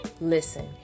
listen